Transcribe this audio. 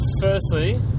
firstly